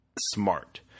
smart